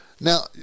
Now